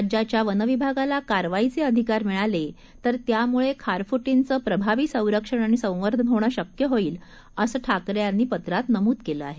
राज्याच्यावनविभागालाकारवाईचेअधिकारमिळालेतर त्यामुळेखारफुर्रीचंप्रभावीसंरक्षणआणिसंवर्धनहोणंशक्यहोईलअसंठाकरेयांनीपत्रातनमूदकेलंआहे